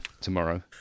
tomorrow